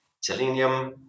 selenium